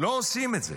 לא עושים את זה.